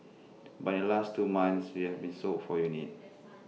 but in last two months we having sold four units